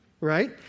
Right